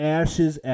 ashes